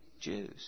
Jews